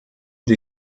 die